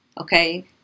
okay